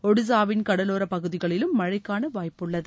ஒடிஷாவின் கடலோரப் பகுதிகளிலும் மழைக்கான வாய்ப்புள்ளது